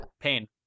pain